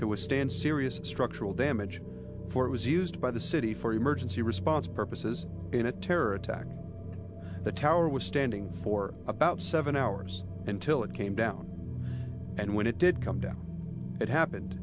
to withstand serious structural damage before it was used by the city for emergency response purposes in a terror attack the tower was standing for about seven hours until it came down and when it did come down it happened